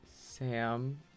sam